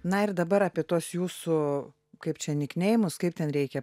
na ir dabar apie tuos jūsų kaip čia nikneimus kaip ten reikia